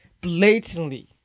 blatantly